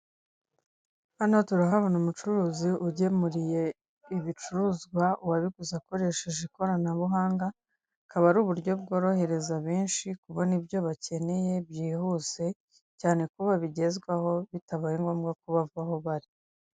Hano tura urahabona umucuruzi ugemuriye ibicuruzwa uwabiguze akoresheje ikoranabuhanga, akaba ari uburyo bworohereza benshi kubona ibyo bakeneye byihuse, cyane ko babigezwaho bitabaye ngombwa ko bava aho bari.